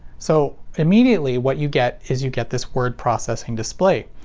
so immediately, what you get is you get this word processing display.